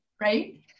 right